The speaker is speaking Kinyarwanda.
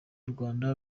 rwanda